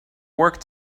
work